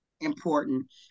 important